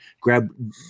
grab